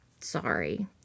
sorry